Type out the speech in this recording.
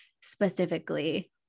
specifically